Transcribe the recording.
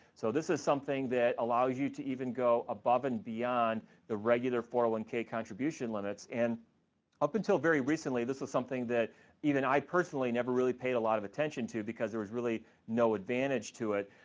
so this is something that allows you to even go above and beyond the regular four hundred and one k contribution limits and up until very recently this is something that even i personally never really paid a lot of attention to because there was really no advantage to it,